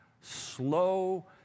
slow